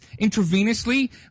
intravenously